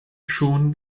schon